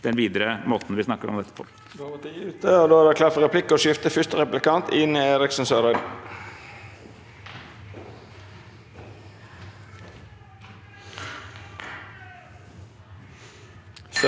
seg videre i måten vi snakker om dette på.